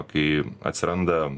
kai atsiranda